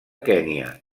kenya